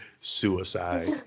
suicide